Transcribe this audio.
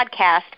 podcast